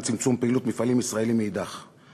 צמצום פעילות מפעלים ישראליים מאידך גיסא.